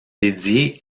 dédiée